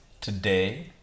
today